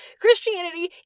Christianity